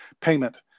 payment